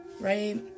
right